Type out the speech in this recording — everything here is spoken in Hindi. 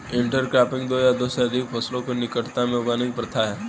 इंटरक्रॉपिंग दो या दो से अधिक फसलों को निकटता में उगाने की प्रथा है